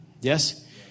Yes